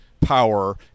power